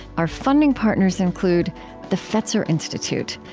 our funding partners include the fetzer institute,